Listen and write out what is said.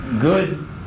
good